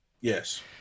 Yes